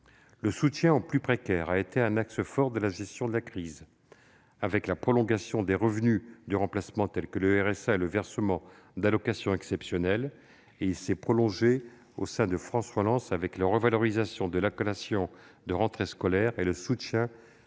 Le soutien aux plus précaires a été un axe fort de la gestion de la crise, avec la prolongation des revenus de remplacement, tels que le revenu de solidarité active (RSA), et le versement d'allocations exceptionnelles. Il s'est prolongé au sein de France Relance avec la revalorisation de l'allocation de rentrée scolaire et le soutien aux